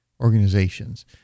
organizations